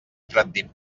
pratdip